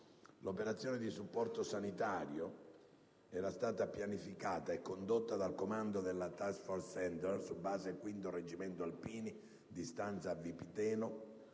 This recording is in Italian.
L'operazione di supporto sanitario era stata pianificata e condotta dal comando della *Task force center* su base del 5° Reggimento alpini, di stanza a Vipiteno,